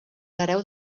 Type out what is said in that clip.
hereu